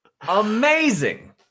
amazing